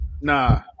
Nah